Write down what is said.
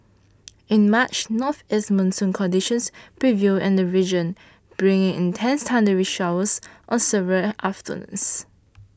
in March northeast monsoon conditions prevailed in the region bringing intense thundery showers on several afternoons